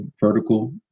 vertical